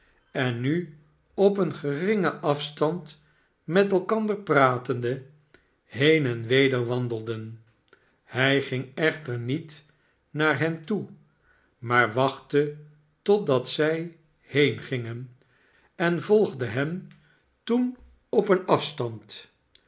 en nu op een geringen afstand met elkander pratende heen en weder wandelden hij ging echter niet naar hen toe maar wachtte totdat zij heengingen en volgde hen toen op een afstand